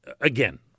again